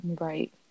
right